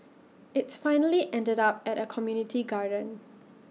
IT finally ended up at A community garden